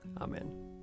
Amen